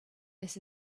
this